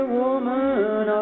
woman